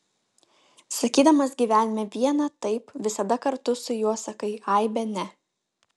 sakydamas gyvenime vieną taip visada kartu su juo sakai aibę ne